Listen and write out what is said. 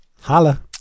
Holla